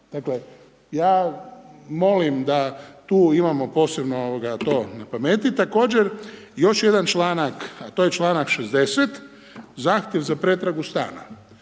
Dakle, ja molim da tu imamo posebno to na pameti. Također, još jedan članak a to je članak 60., zahtjev za pretragu stana.